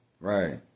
Right